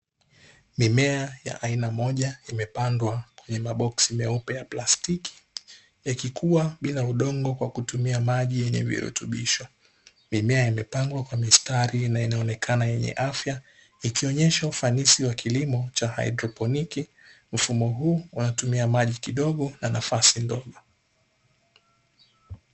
Mimea ya aina moja imepandwa kwenye maboksi meupe ya plastiki, ikikua bila udongo kwa kutumia maji yenye virutubisho, mimea imepangwa kwa mistari na inaonekana yenye afya, ikionyesha ufanisi wa kilimo cha haidroponi, mfumo huu unatumia maji kidogo na nafasi ndogo.